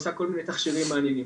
ועושה כל מיני תכשירים אמינים.